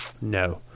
No